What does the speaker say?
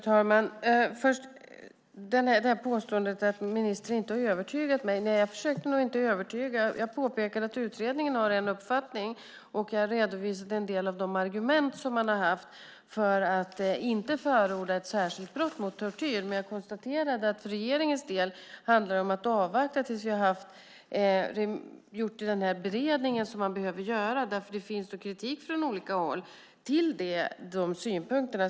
Fru talman! Först vill jag ta upp påståendet att ministern inte har övertygat mig. Jag försökte nog inte övertyga. Jag påpekade att utredningen har en uppfattning, och jag redovisade en del av de argument som man har haft för att inte förorda att tortyr blir ett särskilt brott. Men jag konstaterade att det för regeringens del handlar om att avvakta tills vi har gjort den beredning som man behöver göra därför att det finns kritik från olika håll till de synpunkterna.